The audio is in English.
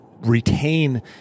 retain